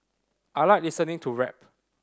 I like listening to rap